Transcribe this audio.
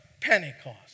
Pentecost